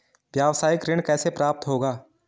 व्यावसायिक ऋण कैसे प्राप्त होगा?